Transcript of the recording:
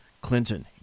Clinton